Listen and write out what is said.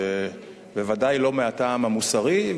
בוודאי לא מהטעם המוסרי,